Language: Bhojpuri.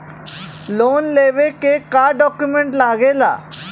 लोन लेवे के का डॉक्यूमेंट लागेला?